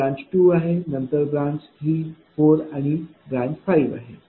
ही branch 2आहे नंतर branch 3 branch 4 आणि ही ब्रांच 5 आहे